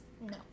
No